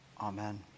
Amen